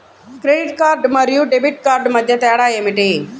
Credit card మరియు debit card మధ్య తేడా ఏమిటి?